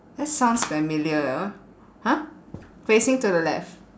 that sounds familiar !huh! facing to the left